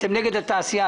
אתם נגד התעשייה?